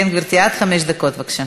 כן, גברתי, עד חמש דקות, בבקשה.